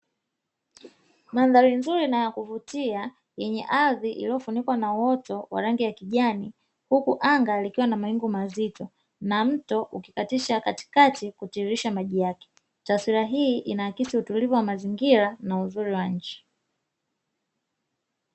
Mandhari nzuri na ya kuvutia yenye ardhi iliyofunikwa na uoto wa rangi ya kijani huku anga likiwa na mawingu mazito, na mto ukikatisha katikati kutiririsha maji yake. Taswira hii inaakisi utulivu wa mazingira na uzuri wa nchi.